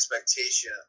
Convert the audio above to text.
expectation